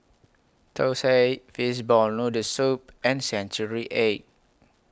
Thosai Fishball Noodle Soup and Century Egg